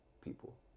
people